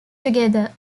together